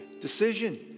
decision